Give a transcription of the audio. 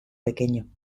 pequeño